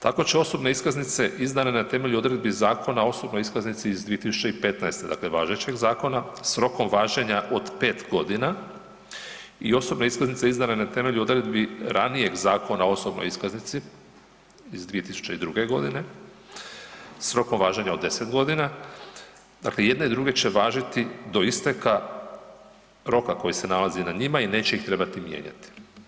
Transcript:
Tako će osobne iskaznice izdane na temelju odredbi Zakona o osobnoj iskaznici iz 2015., dakle važećeg zakona s rokom važenja od 5 godina i osobne iskaznice izdane na temelju odredbi ranijeg Zakona o osobnoj iskaznici iz 2002. godine s rokom važenja od 10 godina, dakle i jedne i druge će važiti do isteka roka koji se nalazi na njima i neće ih trebati mijenjati.